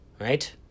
right